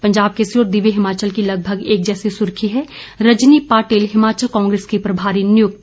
पंजाब केसरी और दिव्य हिमाचल की लगभग एक जैसी सुर्खी है रजनी पाटिल हिमाचल कांग्रेस की प्रभारी नियुक्त